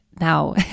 now